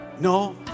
No